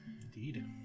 Indeed